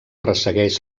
ressegueix